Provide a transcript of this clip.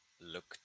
look